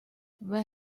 where